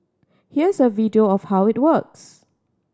here's a video of how it works